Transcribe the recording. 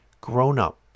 grown-up